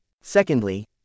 Secondly